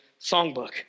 songbook